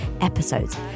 episodes